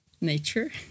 nature